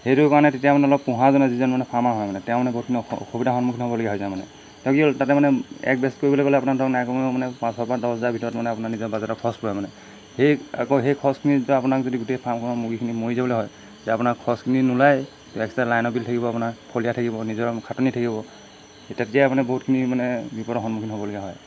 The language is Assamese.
সেইটো কাৰণে তেতিয়া মানে অলপ পোহাজনে যিজন মানে ফাৰ্মাৰ হয় মানে তেওঁ মানে বহুতখিনি অসুবিধা সন্মুখীন হ'বলগীয়া হৈ যায় মানে তেওঁ কি হ'ল তাতে মানে এক বেষ্ট কৰিবলৈ গ'লে আপোনাৰ ধৰক নাই কমিব মানে পাঁচৰপৰা দহ হাজাৰ ভিতৰত মানে আপোনাৰ নিজৰ বাজেটৰ খৰচ পৰে মানে সেই আকৌ সেই খৰচখিনিত যিটো আপোনাক যদি গোটেই ফাৰ্মখনৰ মুৰ্গীখিনি মৰি যাবলৈ হয় তেতিয়া আপোনাৰ খৰচখিনি নোলায়ে তো এক্সট্ৰা লাইনৰ বিল থাকিব আপোনাৰ থাকিব নিজৰ খাটনি থাকিব সেই তেতিয়াই আপোনাৰ বহুতখিনি মানে বিপদৰ সন্মুখীন হ'বলগীয়া হয় আৰু